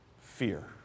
fear